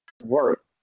Work